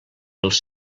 els